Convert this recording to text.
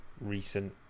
recent